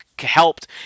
helped